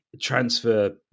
transfer